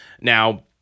Now